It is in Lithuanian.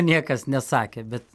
niekas nesakė bet